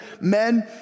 men